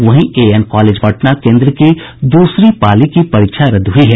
वहीं AN college Patna केन्द्र की दूसरी पाली की परीक्षा रद्द हुई है